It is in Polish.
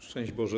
Szczęść Boże!